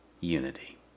unity